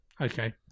Okay